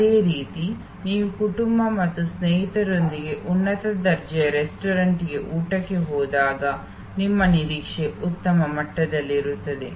ಅದೇ ರೀತಿ ನೀವು ಕುಟುಂಬ ಮತ್ತು ಸ್ನೇಹಿತರೊಂದಿಗೆ ಉನ್ನತ ದರ್ಜೆಯ ರೆಸ್ಟೋರೆಂಟಿಗೆ ಊಟಕ್ಕೆ ಹೋದಾಗ ನಿಮ್ಮ ನಿರೀಕ್ಷೆ ಉತ್ತಮ ಮಟ್ಟದಲ್ಲಿರುತ್ತದೆ